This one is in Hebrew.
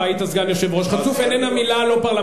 עובד אצלך.